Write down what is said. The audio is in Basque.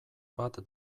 bat